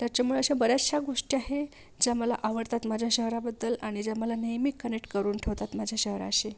त्याच्यामुळे अशा बऱ्याचशा गोष्टी आहे ज्या मला आवडतात माझ्या शहराबद्दल आणि ज्या मला नेहमी कनेक्ट करून ठेवतात माझ्या शहराशी